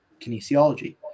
kinesiology